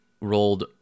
rolled